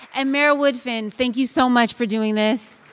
and mayor woodfin, thank you so much for doing this.